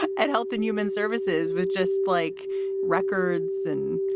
at health and human services with just like records and,